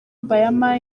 bayama